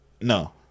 No